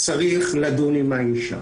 צריך לדון עם האישה